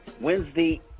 Wednesday